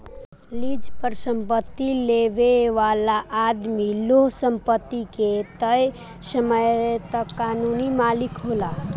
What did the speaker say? lease पर संपत्ति लेबे वाला आदमी ओह संपत्ति के तय समय तक कानूनी मालिक होला